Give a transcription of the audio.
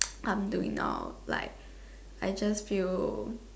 I'm doing now like I just feel